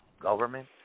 government